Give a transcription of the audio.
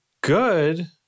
good